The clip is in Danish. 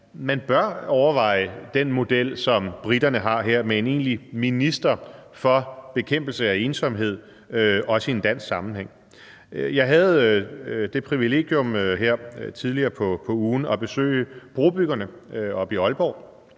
bør overveje den model, som briterne har her, med en egentlig minister for bekæmpelse af ensomhed. Jeg havde det privilegium her tidligere på ugen at besøge brobyggerne oppe i Aalborg,